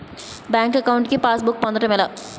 Bank account కి pass book పొందడం ఎలా?